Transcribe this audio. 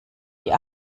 die